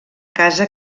casa